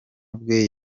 bwe